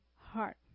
heart